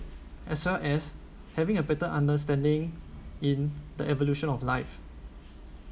as well as having a better understanding in the evolution of life